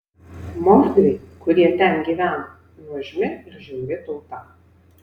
mordviai kurie ten gyvena nuožmi ir žiauri tauta